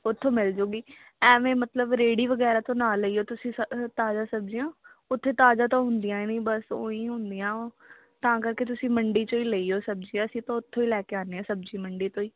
ਉਥੋਂ ਮਿਲ ਜੂਗੀ ਐਵੇਂ ਮਤਲਬ ਰੇੜੀ ਵਗੈਰਾ ਤੋਂ ਨਾ ਲਈਓ ਤੁਸੀਂ ਸ ਅ ਤਾਜ਼ਾ ਸਬਜ਼ੀਆਂ ਉੱਥੇ ਤਾਜ਼ਾ ਤਾਂ ਹੁੰਦੀਆਂ ਹੀ ਨਹੀਂ ਬਸ ਉਹੀ ਹੁੰਦੀਆਂ ਤਾਂ ਕਰਕੇ ਤੁਸੀਂ ਮੰਡੀ 'ਚੋਂ ਹੀ ਲਈਓ ਸਬਜ਼ੀਆਂ ਅਸੀਂ ਤਾਂ ਉੱਥੋਂ ਹੀ ਲੈ ਕੇ ਆਉਂਦੇ ਹਾਂ ਸਬਜ਼ੀ ਮੰਡੀ ਤੋਂ ਹੀ